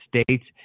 States